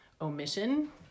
omission